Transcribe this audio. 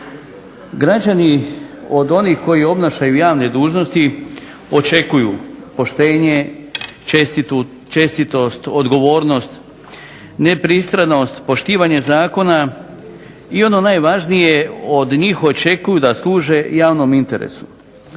Građani od onih koji obnašaju javne dužnosti očekuju poštene, čestitost, odgovornost, nepristranost, poštivanje zakona, i ono najvažnije, od njih očekuje da služe javnom interesu.